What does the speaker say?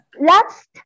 Last